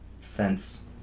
fence